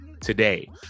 today